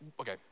okay